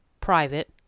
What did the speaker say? private